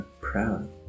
proud